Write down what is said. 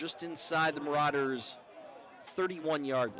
just inside the marauders thirty one yard